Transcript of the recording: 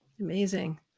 Amazing